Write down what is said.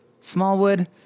Smallwood